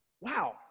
wow